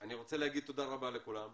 אני רוצה להגיד תודה רבה לכולם.